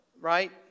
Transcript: Right